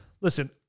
listen